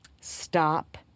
stop